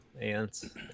Ants